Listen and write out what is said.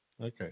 Okay